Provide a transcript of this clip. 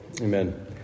Amen